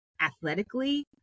athletically